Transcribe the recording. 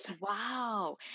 Wow